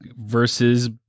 versus